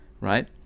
right